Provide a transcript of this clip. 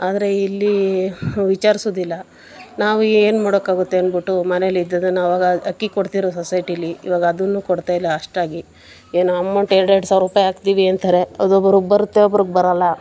ಆದರೆ ಇಲ್ಲಿ ವಿಚಾರಿಸೋದಿಲ್ಲ ನಾವು ಏನು ಮಾಡೋಕ್ಕಾಗುತ್ತೆ ಅಂದ್ಬಿಟ್ಟು ಮನೇಲಿ ಇದ್ದದ್ದನ್ನು ಅವಾಗ ಅಕ್ಕಿ ಕೊಡ್ತಿದ್ದರು ಸೊಸೈಟಿಯಲ್ಲಿ ಇವಾಗ ಅದನ್ನೂ ಕೊಡ್ತಾಯಿಲ್ಲ ಅಷ್ಟಾಗಿ ಏನು ಅಮೌಂಟ್ ಎರಡೆರಡು ಸಾವ್ರ ರೂಪಾಯಿ ಹಾಕ್ತೀವಿ ಅಂತಾರೆ ಅದು ಒಬ್ಬೊಬ್ರಿಗೆ ಬರುತ್ತೆ ಒಬ್ರಿಗೆ ಬರಲ್ಲ